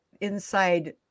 inside